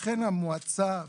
ולכן המועצה,